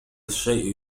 الشيء